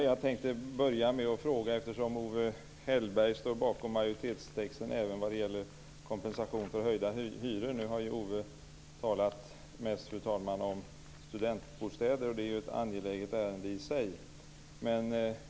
Fru talman! Owe Hellberg står ju bakom majoritetstexten även när det gäller kompensation för höjda hyror. Nu har Owe Hellberg mest talat om studentbostäder, och det är ju ett angeläget ärende i sig.